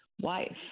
wife